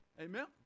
Amen